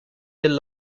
del